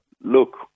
Look